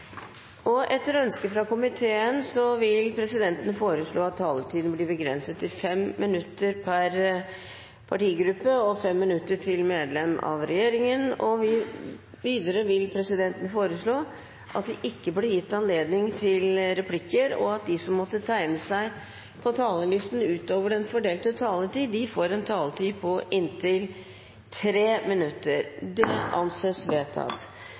7. Etter ønske fra arbeids- og sosialkomiteen vil presidenten foreslå at taletiden blir begrenset til 5 minutter til hver partigruppe og 5 minutter til medlemmer av regjeringen. Videre vil presidenten foreslå at det ikke blir gitt anledning til replikkordskifte, og at de som måtte tegne seg på talerlisten utover den fordelte taletid, får en taletid på inntil 3 minutter. – Det anses vedtatt.